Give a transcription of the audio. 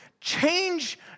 change